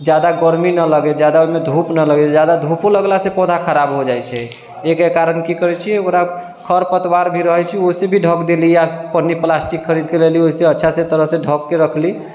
जादा गर्मी नऽ लगे जादा ओहिमे धुप नऽ लगे जादा धूपो लगला से पौधा खराब हो जाइ छै एहिके कारण की करै छिऐ ओकरा खर पतवार रहै छै उसे भी ढक देली या पन्नी प्लास्टिक खरीदके लैली ओहिसे अच्छा से तरह से ढकके रखली